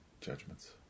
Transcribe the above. judgments